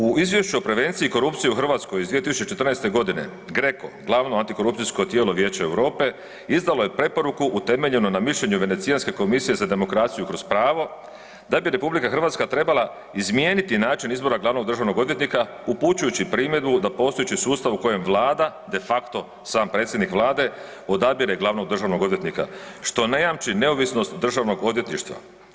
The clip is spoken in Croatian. U izvješću o prevenciji korupcije u Hrvatskoj iz 2014.g. GRECO glavno antikorupcijsko tijelo Vijeća Europe izdalo je preporuku utemeljeno na mišljenju Venecijanske komisije za demokraciju kroz pravo da bi RH trebala izmijeniti način izbora glavnog državnog odvjetnika upućujući primjedbu da postojeći sustav u kojem vlada de facto sam predsjednik vlade odabire glavnog državnog odvjetnika, što ne jamči neovisnost državnog odvjetništva.